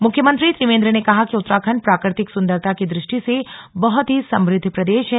मुख्यमंत्री त्रिवेन्द्र ने कहा कि उत्तराखण्ड प्राकृतिक सुन्दरता की दृ ष्टि से बहुत ही समृद्ध प्रदेश है